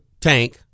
tank